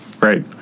Right